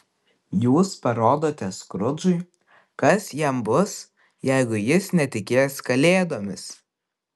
jūs parodote skrudžui kas jam bus jeigu jis netikės kalėdomis